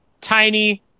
Tiny